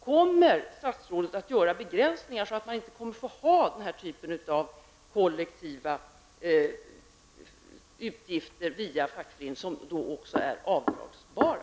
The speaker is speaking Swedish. Kommer statsrådet att göra begränsningar, så att människor inte får ha den här typen av kollektiva utgifter via fackföreningen, vilka också är avdragsbara?